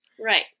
Right